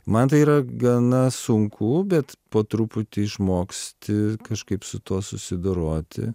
man tai yra gana sunku bet po truputį išmoksti kažkaip su tuo susidoroti